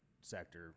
sector